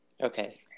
Okay